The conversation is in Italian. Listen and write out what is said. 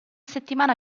settimana